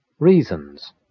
Reasons